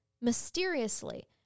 mysteriously